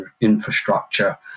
infrastructure